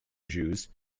jews